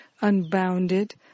unbounded